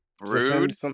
Rude